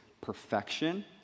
perfection